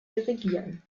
dirigieren